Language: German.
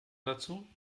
dazu